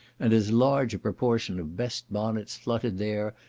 and as large a proportion of best bonnets fluttered there,